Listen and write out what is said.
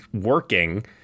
working